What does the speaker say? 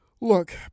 look